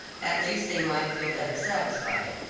at least they might feel better satisfied.